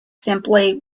simply